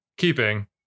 keeping